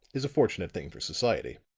is a fortunate thing for society.